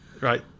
Right